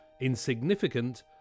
insignificant